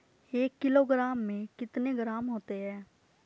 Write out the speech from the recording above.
एक किलोग्राम में कितने ग्राम होते हैं?